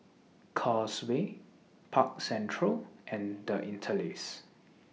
Causeway Park Central and The Interlace